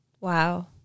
Wow